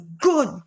good